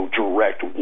direct